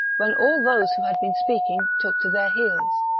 when all those who had been speaking took to their heels.